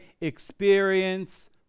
experience